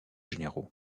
généraux